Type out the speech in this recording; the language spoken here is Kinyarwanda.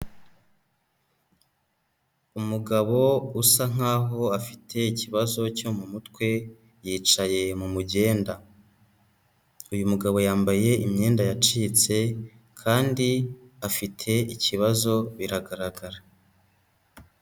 Umugabo usa nkaho afite ikibazo cyo mu mutwe, yicaye mu mugenda. Uyu mugabo yambaye imyenda yacitse kandi afite ikibazo biragaragara.